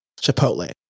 Chipotle